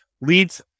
Leads